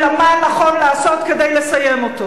אלא מה נכון לעשות כדי לסיים אותו.